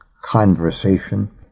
conversation